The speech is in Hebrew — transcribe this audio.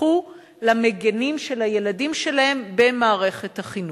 הפכו למגינים של הילדים שלהם במערכת החינוך.